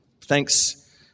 thanks